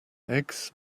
eggs